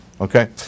Okay